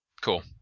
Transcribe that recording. Cool